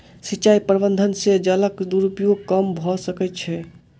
सिचाई प्रबंधन से जलक दुरूपयोग कम भअ सकै छै